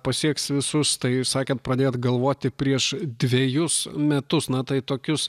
pasieks visus tai sakėt pradėjot galvoti prieš dvejus metus na tai tokius